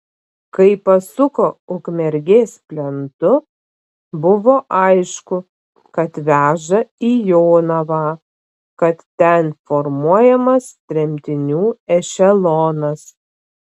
kai pasuko ukmergės plentu buvo aišku kad veža į jonavą kad ten formuojamas tremtinių ešelonas